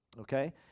okay